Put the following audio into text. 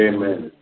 Amen